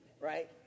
Right